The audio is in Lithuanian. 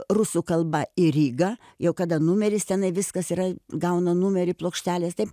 rusų kalba į rygą jau kada numeris tenai viskas yra gauna numerį plokštelės taip